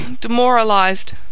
demoralized